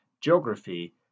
geography